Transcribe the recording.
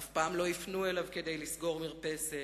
אף פעם לא יפנו אליו כדי לסגור מרפסת.